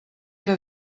era